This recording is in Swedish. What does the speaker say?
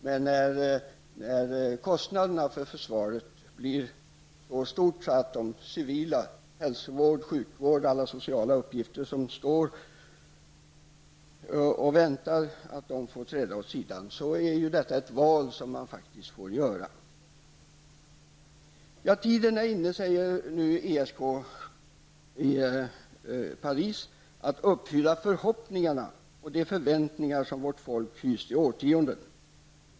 Men kostnaderna för försvaret får inte bli så stora att civila uppgifter, hälsovård, sjukvård osv., får träda åt sidan. Det är ett val som måste göras. I ESK i Paris säger man att tiden nu är inne att uppfylla förhoppningarna och förväntningarna som våra folk har hyst i årtionden.